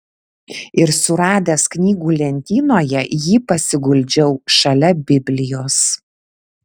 ir suradęs knygų lentynoje jį pasiguldžiau šalia biblijos